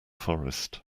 forest